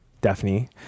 Daphne